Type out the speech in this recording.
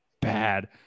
bad